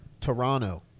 Toronto